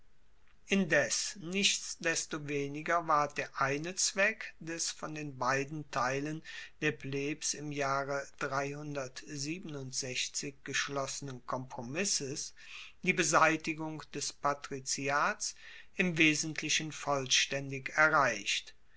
indes nichtsdestoweniger ward der eine zweck des von den beiden teilen der plebs im jahre geschlossenen kompromisses die beseitigung des patriziats im wesentlichen vollstaendig erreicht